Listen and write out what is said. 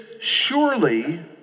surely